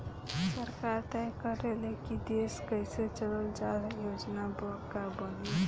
सरकार तय करे ले की देश कइसे चली आ योजना का बनी